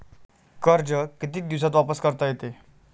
कर्ज कितीक दिवसात वापस करता येते?